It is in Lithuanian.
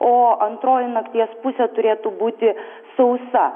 o antroji nakties pusė turėtų būti sausa